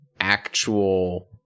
actual